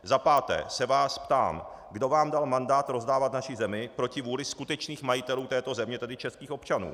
Za páté se vás ptám, kdo vám dal mandát rozdávat naši zemi proti vůli skutečných majitelů této země, tedy českých občanů.